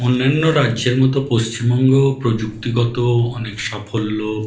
অন্যান্য রাজ্যের মতো পশ্চিমবঙ্গও প্রযুক্তিগত অনেক সফল্য